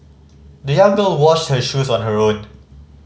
the young girl washed her shoes on her own